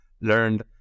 learned